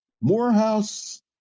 Morehouse